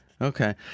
okay